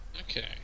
okay